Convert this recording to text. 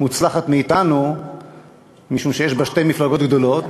מוצלחת מאתנו משום שיש בה שתי מפלגות גדולות,